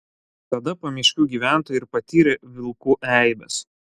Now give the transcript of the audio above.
tada pamiškių gyventojai ir patyrė vilkų eibes